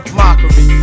mockery